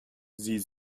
sie